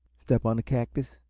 step on a cactus?